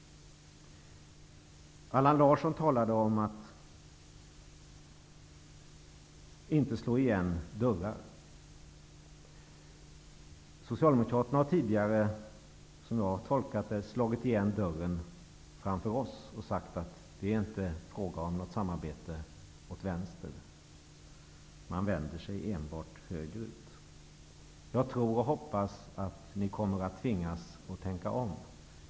Allan Larsson talar om att inte slå igen dörrar. Socialdemokraterna har tidigare - som jag har tolkat det - slagit igen dörren framför oss med orden: Det är inte fråga om något samarbete åt vänster, utan man vänder sig enbart åt höger. Jag tror och hoppas att Socialdemokraterna kommer att tvingas tänka om.